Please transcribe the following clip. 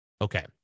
okay